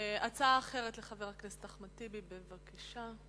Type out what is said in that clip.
הצעה אחרת לחבר הכנסת אחמד טיבי, בבקשה.